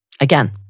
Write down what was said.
Again